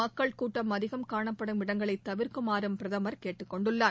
மக்கள் கூட்டம் அதிகம் காணப்படும் இடங்களை தவிர்க்குமாறும் பிரதமர் கேட்டுக் கொண்டுள்ளார்